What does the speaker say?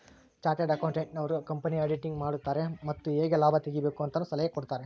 chartered accountant ನವರು ಕಂಪನಿಯ auditing ಮಾಡುತಾರೆ ಮತ್ತು ಹೇಗೆ ಲಾಭ ತೆಗಿಬೇಕು ಅಂತನು ಸಲಹೆ ಕೊಡುತಾರೆ